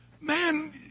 man